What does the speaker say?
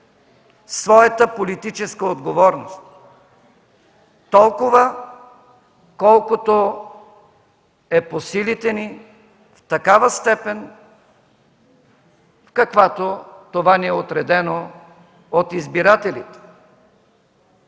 своята политическа отговорност – толкова, колкото е по силите ни, в такава степен, в каквато това ни е отредено от избирателите.